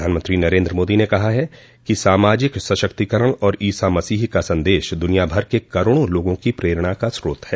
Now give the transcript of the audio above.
प्रधानमंत्री नरेन्द्र मोदी ने कहा कि सामाजिक सशक्तिकरण का ईसा मसीह का संदेश दुनियाभर के करोड़ों लोगों की प्रेरणा का स्रोत है